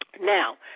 Now